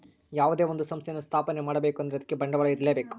ಯಾವುದೇ ಒಂದು ಸಂಸ್ಥೆಯನ್ನು ಸ್ಥಾಪನೆ ಮಾಡ್ಬೇಕು ಅಂದ್ರೆ ಅದಕ್ಕೆ ಬಂಡವಾಳ ಇರ್ಲೇಬೇಕು